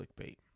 clickbait